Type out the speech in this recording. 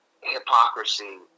hypocrisy